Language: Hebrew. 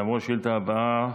נעבור לשאילתה הבאה,